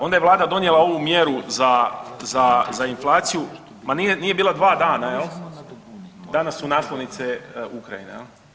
Onda je Vlada donijela ovu mjeru za inflaciju, ma nije bila 2 dana, danas su naslovnice Ukrajina, je li?